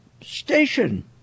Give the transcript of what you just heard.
station